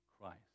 Christ